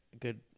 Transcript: good